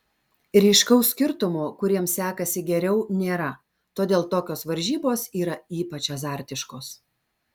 ryškaus skirtumo kuriems sekasi geriau nėra todėl tokios varžybos yra ypač azartiškos